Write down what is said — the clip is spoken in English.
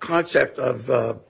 concept of